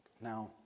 Now